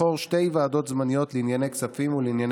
בעד, אין מתנגדים או נמנעים.